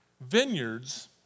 vineyards